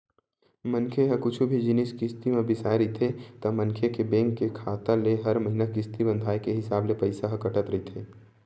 मनखे ह कुछु भी जिनिस किस्ती म बिसाय रहिथे ता मनखे के बेंक के खाता ले हर महिना किस्ती बंधाय के हिसाब ले पइसा ह कटत रहिथे